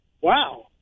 Wow